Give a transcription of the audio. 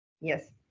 Yes